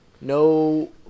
no